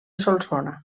solsona